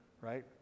right